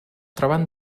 troben